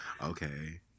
Okay